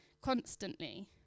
constantly